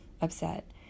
upset